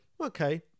okay